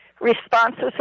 responses